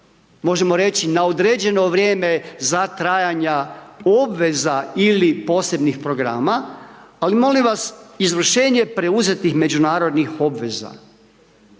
možemo reći na određeno vrijeme za trajanja obveza ili posebnih programa, ali molim vas, izvršenje preuzetih međunarodnih obveza.